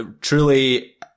truly